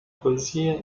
poesie